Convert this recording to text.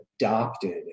adopted